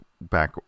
back